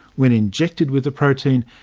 when injected with the protein,